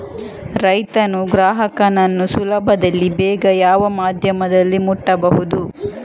ರೈತನು ಗ್ರಾಹಕನನ್ನು ಸುಲಭದಲ್ಲಿ ಬೇಗ ಯಾವ ಮಾಧ್ಯಮದಲ್ಲಿ ಮುಟ್ಟಬಹುದು?